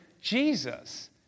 Jesus